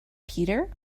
peter